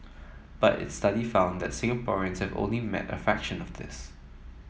but its study found that Singaporeans have only met a fraction of this